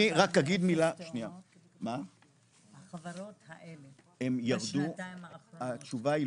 אני רק אגיד מילה --- החברות האלה בשנתיים האחרונות,